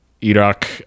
Iraq